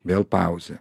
vėl pauzė